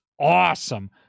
awesome